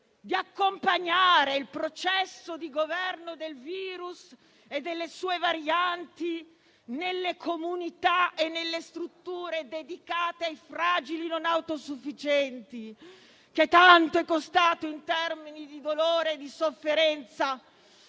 di accompagnare il processo di governo del virus e delle sue varianti nelle comunità e nelle strutture dedicate ai fragili non autosufficienti, che tanto è costato in termini di dolore e di sofferenza